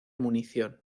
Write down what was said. munición